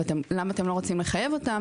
למה אתם לא רוצים לחייב אותן?